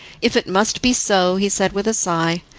if it must be so, he said, with a sigh,